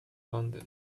london